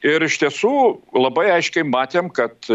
ir iš tiesų labai aiškiai matėm kad